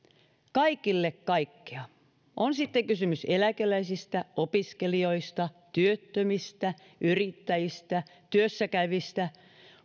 kaikille kaikkea on sitten kysymys eläkeläisistä opiskelijoista työttömistä yrittäjistä työssä käyvistä